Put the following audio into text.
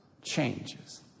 changes